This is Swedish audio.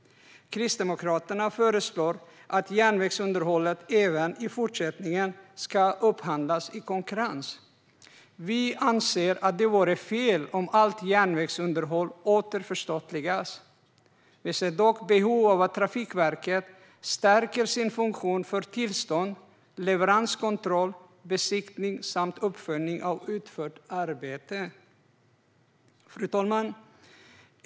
Kristdemokraterna föreslår att järnvägsunderhållet även i fortsättningen ska upphandlas i konkurrens. Det vore fel om allt järnvägsunderhåll åter förstatligas. Vi ser dock behov av att Trafikverket stärker sin funktion för tillstånd, leveranskontroll, besiktning samt uppföljning av utfört arbete. Fru talman!